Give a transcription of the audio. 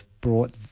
brought